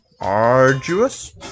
arduous